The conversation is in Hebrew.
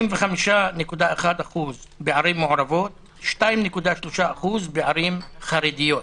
65.1% בערים מעורבות, 2.3% בערים חרדיות.